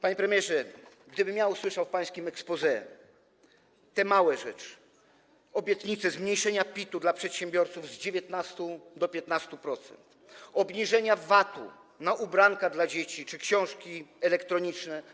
Panie premierze, gdybym ja usłyszał w pańskim exposé te małe rzeczy, obietnice zmniejszenia PIT-u dla przedsiębiorców z 19 do 15%, obniżenia VAT-u na ubranka dla dzieci czy książki elektroniczne.